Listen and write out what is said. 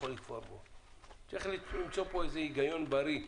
צריך למצוא פה היגיון בריא,